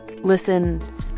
Listen